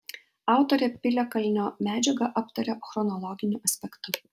autorė piliakalnio medžiagą aptaria chronologiniu aspektu